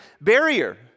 barrier